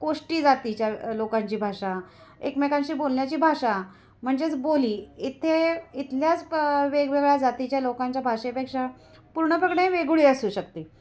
कोष्टी जातीच्या लोकांची भाषा एकमेकांशी बोलण्याची भाषा म्हणजेच बोली इथे इथल्याच प वेगवेगळ्या जातीच्या लोकांच्या भाषेपेक्षा पूर्णपणे वेगळी असू शकते